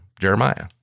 Jeremiah